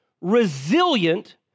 resilient